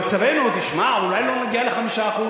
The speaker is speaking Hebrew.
במצבנו, תשמע, אולי לא נגיע ל-5%?